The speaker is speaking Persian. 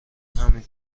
همین